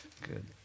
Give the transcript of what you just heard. Good